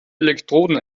elektroden